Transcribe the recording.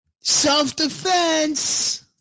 self-defense